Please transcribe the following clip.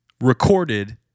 recorded